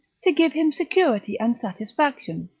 to give him security and satisfaction.